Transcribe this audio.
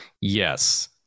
Yes